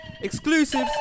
Exclusives